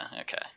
okay